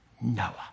Noah